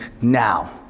now